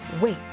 wait